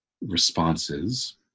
responses